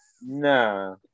no